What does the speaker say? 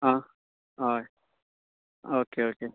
आ हय okay okay